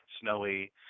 snowy